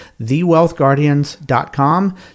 thewealthguardians.com